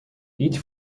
each